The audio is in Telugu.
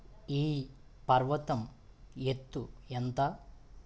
ఈ పర్వతం ఎత్తు ఎంత